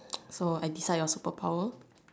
so I decide on superpower